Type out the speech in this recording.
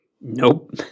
Nope